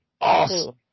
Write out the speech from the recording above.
Awesome